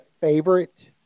favorite